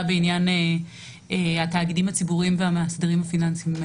בעניין התאגידים הציבוריים והמאסדרים הפיננסיים.